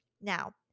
Now